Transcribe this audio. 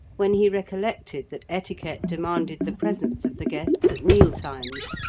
when he recollected that etiquette demanded the presence of the guests at meal-times,